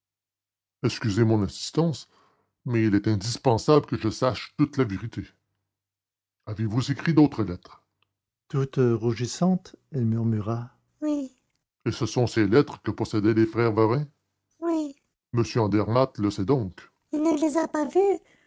excusez mon insistance mais il est indispensable que je sache toute la vérité avez-vous écrit d'autres lettres toute rougissante elle murmura oui et ce sont ces lettres que possédaient les frères varin oui m andermatt le sait donc il ne les a pas vues